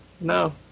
no